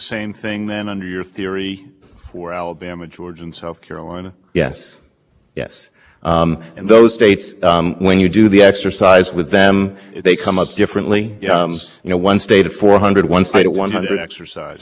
it to look at the most recent real world air quality data in order to see whether it's projections were lining up with what was going on in the real world e p a declined to do so and had it done so it would have had to confront the fact that